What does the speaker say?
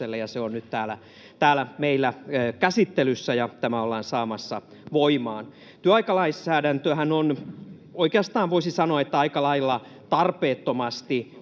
se on nyt täällä meillä käsittelyssä, ja tämä ollaan saamassa voimaan. Työaikalainsäädäntöhän on, oikeastaan voisi sanoa, aika lailla tarpeettomasti